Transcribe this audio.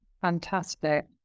Fantastic